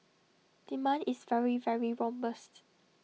demand is very very robust